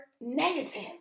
negative